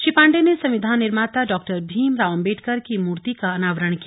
श्री पांडे ने संविधान निर्माता डॉक्टर भीमराव अंबेडकर की मूर्ति का अनावरण किया